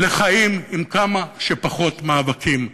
חיים עם כמה שפחות מאבקים.